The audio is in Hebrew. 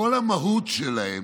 כל המהות שלהם,